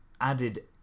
added